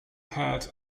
had